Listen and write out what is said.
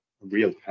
real